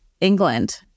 England